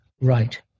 right